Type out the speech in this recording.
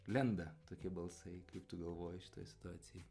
lenda tokie balsai kaip tu galvoji šitoj situacijoj